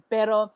Pero